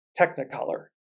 technicolor